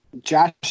Josh